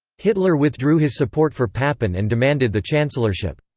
hitler withdrew his support for papen and demanded the chancellorship.